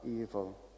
evil